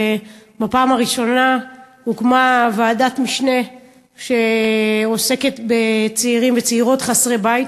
ובפעם הראשונה הוקמה ועדת משנה שעוסקת בצעירים וצעירות חסרי בית,